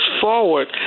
forward